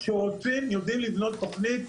כשרוצים, יודעים לבנות תוכנית.